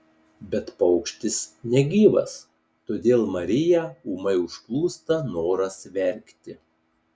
bet paukštis negyvas todėl mariją ūmai užplūsta noras verkti